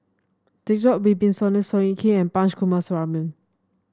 Djoko Wibisono Seow Yit Kin Punch Coomaraswamy